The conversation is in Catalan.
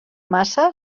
massa